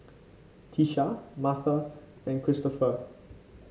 Tisha Marta and Christoper